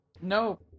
No